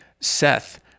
Seth